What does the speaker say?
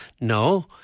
no